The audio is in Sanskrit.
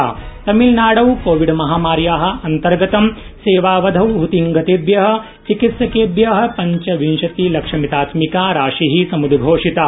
अपि च तमिलनाडौ कोविड महामार्या अंतर्गतं सेवावधौ हतिंगतेभ्यः चिकित्सकेभ्यः पञ्चविंशतिलक्षमितात्मिका राशिः सम्द्घोषिताः